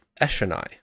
Eshenai